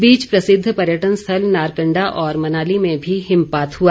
इस बीच प्रसिद्व पर्यटक स्थल नारकंडा और मनाली में भी हिमपात हुआ